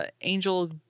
Angel